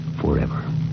forever